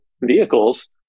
vehicles